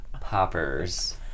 poppers